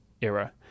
Era